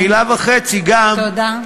מילה וחצי גם, תודה.